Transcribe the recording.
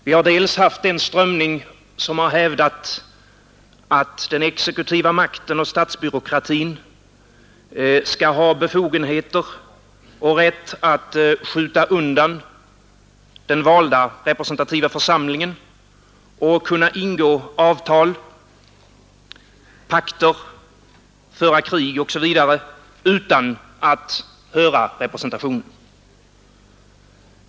Vi har haft en strömning som hävdat att den exekutiva makten och statsbyråkratin skall ha befogenheter och rätt att skjuta undan den valda representativa församlingen och kunna ingå avtal, pakter, föra krig osv. utan att höra representationen.